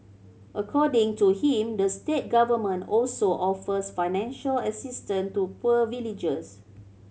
according to him the state government also offers financial assistance to poor villagers